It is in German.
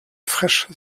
fraiche